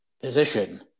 position